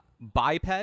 BiPed